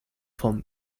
vom